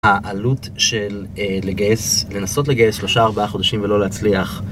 העלות של לגייס..לנסות לגייס 3-4 חודשים ולא להצליח